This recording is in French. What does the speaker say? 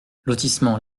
lotissement